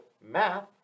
math